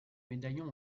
médaillon